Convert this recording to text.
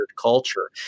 culture